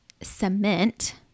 cement